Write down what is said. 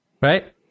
right